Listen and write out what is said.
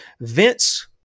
Vince